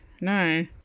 no